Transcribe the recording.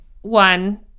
one